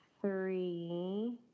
three